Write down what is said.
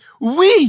oui